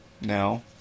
now